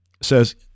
says